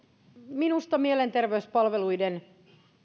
minusta mielenterveyspalveluiden